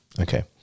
Okay